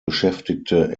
beschäftigte